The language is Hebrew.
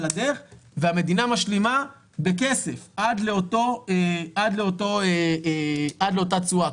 לדרך והמדינה משלימה בכסף עד לאותה תשואה.